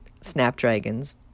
snapdragons